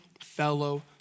fellow